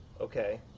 okay